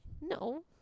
No